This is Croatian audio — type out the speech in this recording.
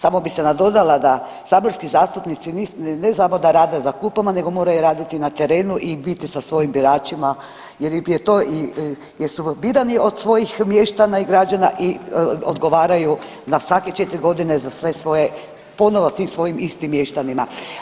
Samo bih se nadodala da saborski zastupnici ne samo da radi za klupama, nego moraju raditi i na terenu i biti sa svojim biračima jer im je to jer su birani od svojih mještana i građana i odgovaraju svake 4 godine za sve svoje ponovno tim svojim istim mještanima.